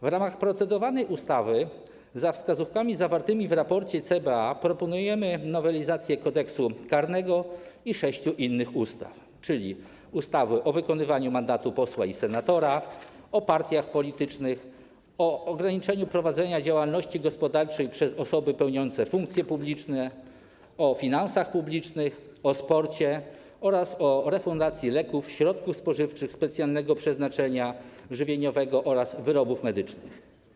W ramach procedowanej ustawy, za wskazówkami zawartymi w raporcie CBA, proponujemy nowelizację Kodeksu karnego i sześciu innych ustaw, czyli ustawy o wykonywaniu mandatu posła i senatora, o partiach politycznych, o ograniczeniu prowadzenia działalności gospodarczej przez osoby pełniące funkcje publiczne, o finansach publicznych, o sporcie oraz o refundacji leków, środków spożywczych specjalnego przeznaczenia żywieniowego oraz wyrobów medycznych.